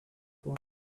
boy